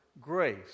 grace